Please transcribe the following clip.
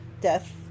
Death